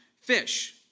fish